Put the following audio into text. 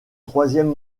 troisième